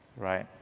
right?